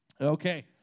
Okay